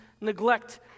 neglect